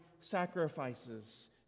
sacrifices